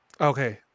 okay